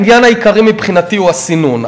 העניין העיקרי מבחינתי הוא הסינון.